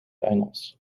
engels